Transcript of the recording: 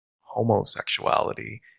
homosexuality